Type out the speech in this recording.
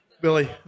Billy